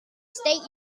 state